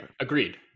Agreed